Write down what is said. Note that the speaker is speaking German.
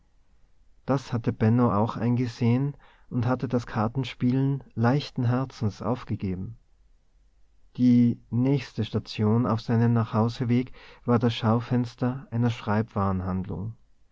das hatte benno auch eingesehen und hatte das kartenspielen leichten herzens aufgegeben die nächste station auf seinem nachhausewege war das schaufenster einer